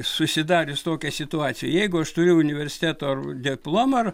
susidarius tokia situacija jeigu aš turėjau universiteto diplomą ar